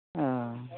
अह